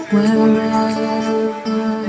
Wherever